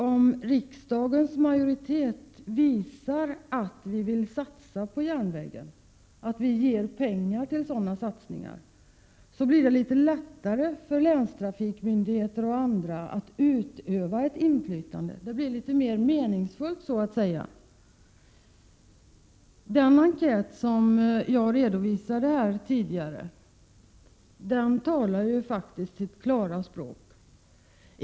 Om riksdagens majoritet visar att vi vill satsa på järnvägen, att vi ger pengar till sådana satsningar, blir det lättare för länstrafikmyndigheter och andra att utöva ett inflytande. Är det inte så, Sten-Ove Sundström? Det blir så att säga litet mer meningsfullt. Den enkät jag redovisade tidigare talar sitt klara språk.